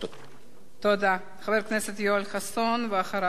חבר הכנסת יואל חסון, ואחריו, רוברט טיבייב.